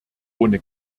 ohne